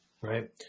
right